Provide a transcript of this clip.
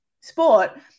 sport